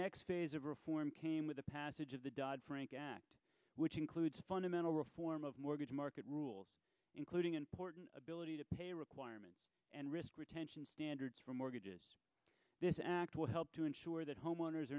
next phase of reform came with the passage of the dodd frank act which includes fundamental reform of mortgage market rules including important ability to pay requirements and risk retention standards for mortgages this act will help to ensure that homeowners